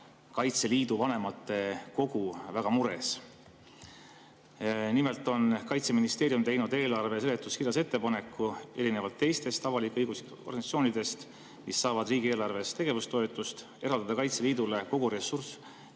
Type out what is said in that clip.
Kaitseliidu vanematekogu väga mures. Nimelt on Kaitseministeerium teinud eelarve seletuskirjas ettepaneku, seda erinevalt teistest avalik-õiguslikest organisatsioonidest, kes saavad riigieelarvest tegevustoetust, eraldada Kaitseliidule kogu ressurss